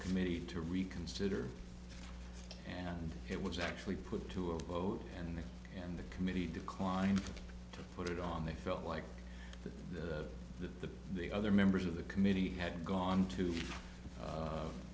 committee to reconsider and it was actually put to a vote and they and the committee declined to put it on they felt like the the other members of the committee had gone to